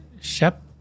Shep